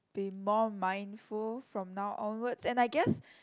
be more mindful from now onwards and I guess